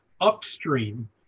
upstream